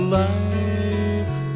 life